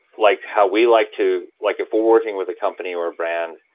like how we like to like if we're working with a company or a brand,